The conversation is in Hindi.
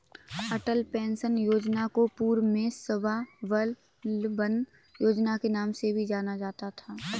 अटल पेंशन योजना को पूर्व में स्वाबलंबन योजना के नाम से भी जाना जाता था